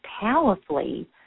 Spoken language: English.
powerfully